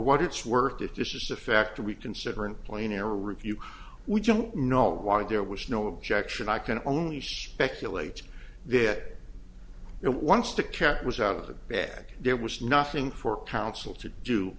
what it's worth if this is the factor we consider in plain error review we don't know why there was no objection i can only speculate that it once the cat was out of the bag there was nothing for counsel to do